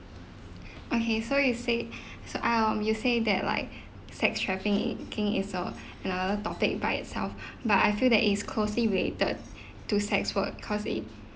okay so you said so um you say that like sex trafficking is a another topic by itself but I feel that it is closely related to sex work cause it